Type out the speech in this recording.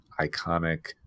iconic